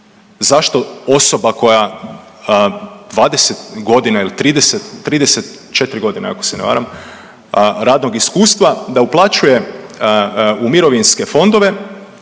Zašto osoba koja 20 godina ili 30, 34 godine, ako se ne varam, radnog iskustva, da uplaćuje u mirovinske fondove